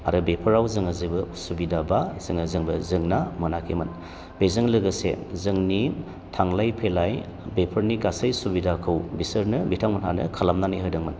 आरो बेफोराव जोङो जेबो उसुबिदा बा जोङो जेबो जेंना मोनाखैमोन बेजों लोगोसे जोंनि थांलाय फैलाय बेफोरनि गासै सुबिदाखौ बिसोरनो बिथांमोनहानो खालामनानै होदोंमोन